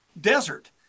desert